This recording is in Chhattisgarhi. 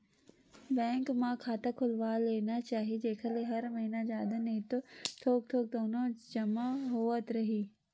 बेंक म खाता खोलवा लेना चाही जेखर ले हर महिना जादा नइ ता थोक थोक तउनो जमा होवत रइही